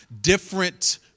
different